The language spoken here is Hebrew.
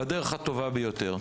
בדרך הטובה ביותר.